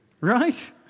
Right